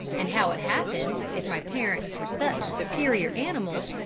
and how it happened, if my parents were such superior animals,